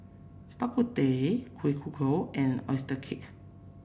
Bak Kut Teh Kueh Kodok and oyster cake